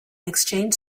exchanged